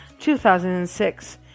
2006